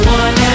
one